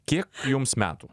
kiek jums metų